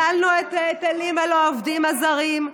ביטלנו את ההיטלים על העובדים הזרים,